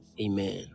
Amen